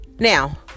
Now